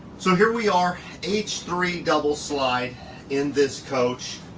so here we are h three double slide in this coach.